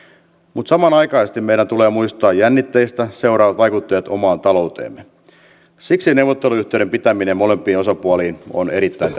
mutta samanaikaisesti meidän tulee muistaa jännitteistä seuraavat vaikuttajat omaan talouteemme siksi neuvotteluyhteyden pitäminen molempiin osapuoliin on erittäin